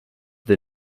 the